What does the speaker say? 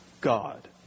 God